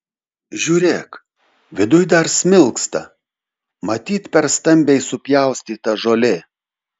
žiūrėk viduj dar smilksta matyt per stambiai supjaustyta žolė